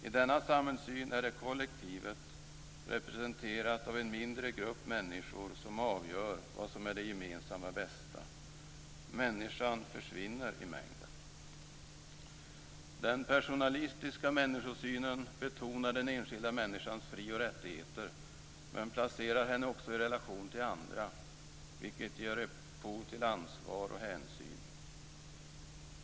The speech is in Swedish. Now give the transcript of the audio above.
I denna samhällssyn är det kollektivet, representerat av en mindre grupp människor, som avgör vad som är det gemensamma bästa. Människan försvinner i mängden. Den personalistiska människosynen betonar den enskilda människans fri och rättigheter men placerar henne också i relation till andra, vilket ger upphov till ansvar och hänsyn.